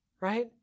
right